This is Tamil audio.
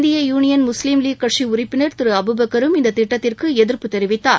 இந்திய யூனியன் முஸ்லீம் லீக் கட்சி உறுப்பினர் திரு அபுபெக்கரும் இந்த திட்டத்திற்கு எதிர்ப்பு தெரிவித்தார்